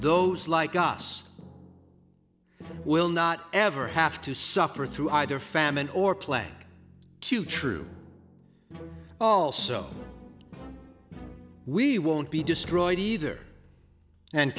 those like us will not ever have to suffer through either famine or play too true or false so we won't be destroyed either and